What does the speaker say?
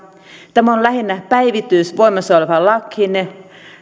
tämä on lähinnä päivitys voimassa olevaan lakiin